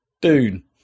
Dune